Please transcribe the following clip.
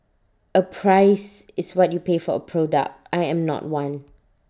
A price is what you pay for A product I am not one